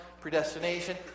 predestination